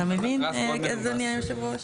אתה מבין אדוני יושב הראש?